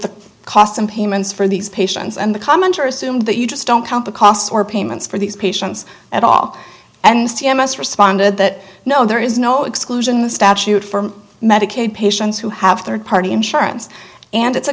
the cost and payments for these patients and the commenter assumed that you just don't count the cost or payments for these patients at all and c m s responded that no there is no exclusion the statute for medicaid patients who have third party insurance and it's